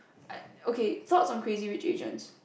I okay thoughts on Crazy-Rich-Asians